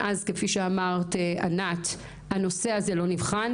מאז הנושא הזה לא נבחן,